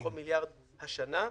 מתוכו מיליארד השנה.